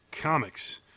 Comics